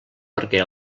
perquè